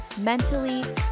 mentally